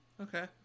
Okay